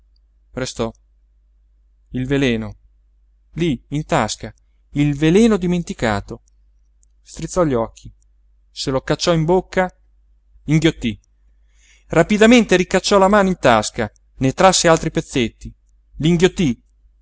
palma restò il veleno lí in tasca il veleno dimenticato strizzò gli occhi se lo cacciò in bocca inghiottí rapidamente ricacciò la mano in tasca ne trasse altri pezzetti li inghiottí